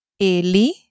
Ele